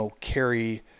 carry